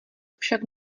však